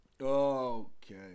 Okay